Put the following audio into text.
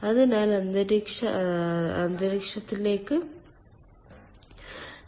അതിനാൽ അന്തരീക്ഷ അന്തരീക്ഷത്തിലേക്ക് താപ വിനിമയം ഇല്ല